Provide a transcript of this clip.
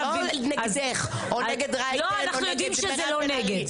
לא נגדך או נגד רייטן או נגד מירב בן ארי.